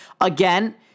Again